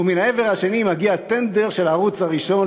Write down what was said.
ומהעבר השני מגיע טנדר של הערוץ הראשון,